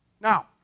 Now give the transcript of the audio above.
now